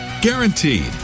Guaranteed